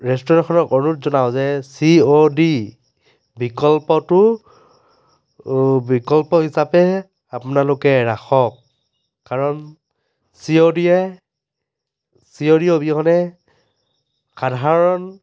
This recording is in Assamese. ৰেষ্টুৰেণ্টখনক অনুৰোধ জনাও যে চি অ' ডি বিকল্পটো বিকল্প হিচাপে আপোনালোকে ৰাখক কাৰণ চি অ' ডিয়ে চি অ' ডি অবিহনে সাধাৰণ